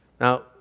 Now